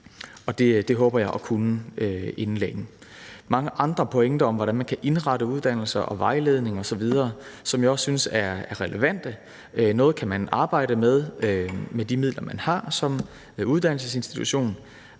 Det håber jeg at kunne gøre inden længe. Der er mange andre pointer om, hvordan man kan indrette uddannelser, vejledning osv., som jeg også synes er relevante. Noget kan man arbejde med med de midler, man har som uddannelsesinstitution,